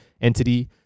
entity